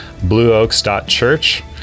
blueoaks.church